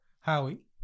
Howie